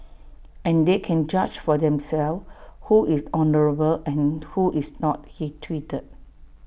and they can judge for themselves who is honourable and who is not he tweeted